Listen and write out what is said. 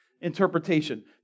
interpretation